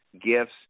gifts